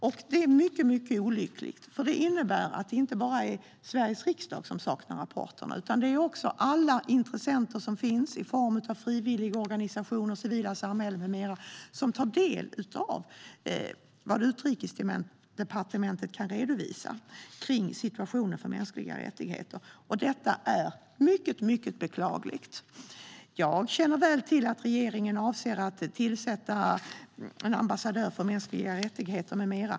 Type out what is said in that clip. Detta är mycket olyckligt, för det är inte bara Sveriges riksdag som saknar rapporterna. Det gäller även andra intressenter i form av frivilligorganisationer, det civila samhället med flera, som tar del av det Utrikesdepartementet kan redovisa kring situationen för mänskliga rättigheter. Detta är mycket beklagligt. Jag känner väl till att regeringen avser att tillsätta en ambassadör för mänskliga rättigheter med mera.